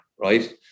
right